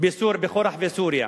בכל רחבי סוריה.